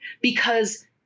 Because-